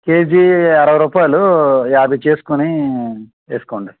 KG అరవై రూపాలు యాభై చేసుకుని వేసుకోండి